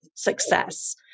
success